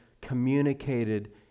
communicated